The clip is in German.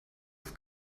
auf